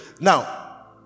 now